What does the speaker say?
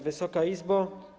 Wysoka Izbo!